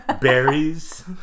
Berries